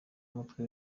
umutwe